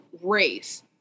race